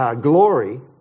glory